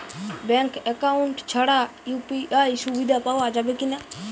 Bank account ছাড়া UPI সুবিধা পাওয়া যাবে কি না?